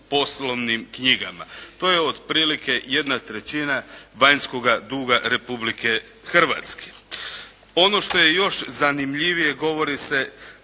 poslovnim knjigama. To je otprilike jedna trećina vanjskoga duga Republike Hrvatske. Ono što je još zanimljivije govori se